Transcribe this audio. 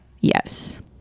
yes